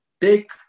take